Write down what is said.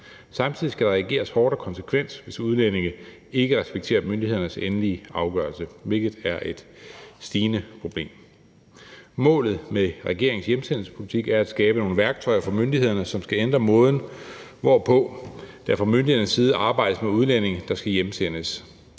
Samtidig skal der reageres hårdt og konsekvent, hvis udlændinge ikke respekterer myndighedernes endelige afgørelse, hvilket er et stigende problem. Målet med regeringens hjemsendelsespolitik er at skabe nogle værktøjer for myndighederne, som skal ændre måden, hvorpå der fra myndighedernes side arbejdes med udlændinge, der skal hjemsendes.